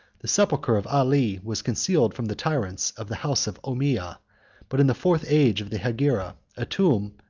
the sepulchre of ali was concealed from the tyrants of the house of ommiyah but in the fourth age of the hegira, a tomb,